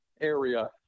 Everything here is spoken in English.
area